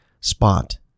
spot